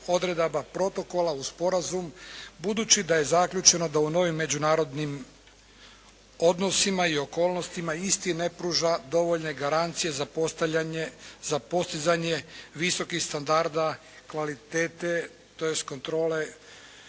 odredaba protokola uz sporazum budući da je zaključeno da u novim međunarodnim odnosima i okolnostima isti ne pruža dovoljne garancije za postizanje visokih standarda kvalitete, tj. kontrole